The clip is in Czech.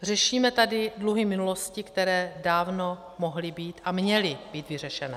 Řešíme tady dluhy minulosti, které dávno mohly být a měly být vyřešené.